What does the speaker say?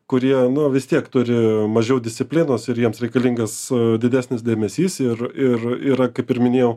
kurie nu vis tiek turi mažiau disciplinos ir jiems reikalingas didesnis dėmesys ir ir yra kaip ir minėjau